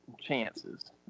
chances